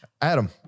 Adam